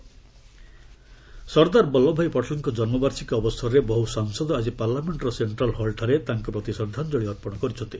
pledge Sardar Vallabhbhai ପଟେଲ୍ଙ୍କ ଜନ୍ମବାର୍ଷିକୀ ଅବସରରେ ବହୁ ସାଂସଦ ଆଳି ପାର୍ଲାମେଷ୍ଟର ସେକ୍ଟ୍ରାଲ୍ ହଲ୍ଠାରେ ତାଙ୍କ ପ୍ରତି ଶ୍ରଦ୍ଧାଞ୍ଜଳି ଜ୍ଞାପନ କରିଛନ୍ତି